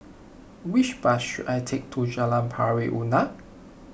which bus should I take to Jalan Pari Unak